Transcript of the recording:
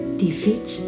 defeat